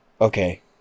okay